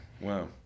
wow